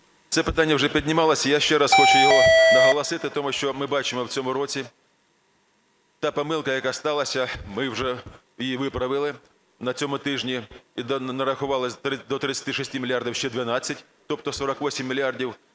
Це питання вже піднімалося і я ще раз хочу його наголосити. Тому що ми бачимо в цьому році, та помилка, яка сталася, ми вже її виправили на цьому тижні і нарахували до 36 мільярдів ще 12, тобто 48 мільярдів.